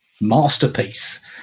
masterpiece